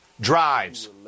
drives